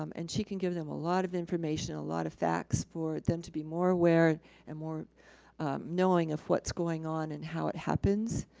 um and she can give them a lot of information, a lot of facts for them to be more aware and more knowing of what's going on and how it happens.